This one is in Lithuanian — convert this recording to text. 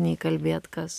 nei kalbėt kas